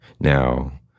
Now